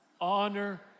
Honor